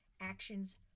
actions